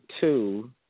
two